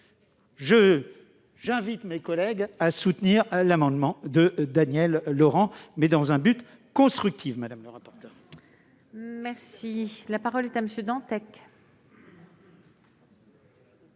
j'invite mes collègues à voter l'amendement de Daniel Laurent, mais cela dans un esprit constructif,